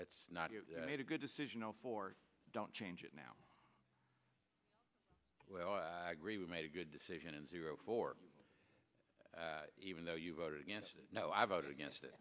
it's not a good decision for don't change it now well i agree with made a good decision in zero four even though you voted against it no i voted against